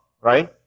right